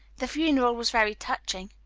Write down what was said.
the funeral was very touching.